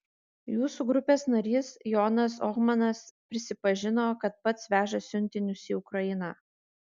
jūsų grupės narys jonas ohmanas prisipažino kad pats veža siuntinius į ukrainą